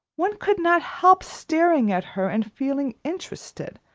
one could not help staring at her and feeling interested,